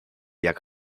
jak